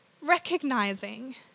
recognizing